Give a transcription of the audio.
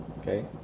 Okay